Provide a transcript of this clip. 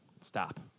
Stop